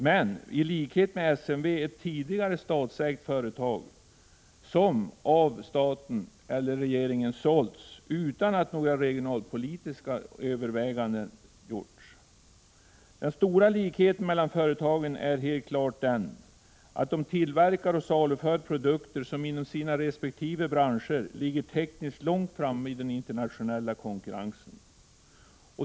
Men i likhet med SMV är det ett tidigare statsägt företag, som av staten eller regeringen har sålts utan att några regionalpolitiska överväganden har gjorts. Den stora likheten mellan företagen är helt klart den, att de tillverkar och saluför produkter som inom resp. bransch ligger tekniskt långt framme i den internationella konkurrensen.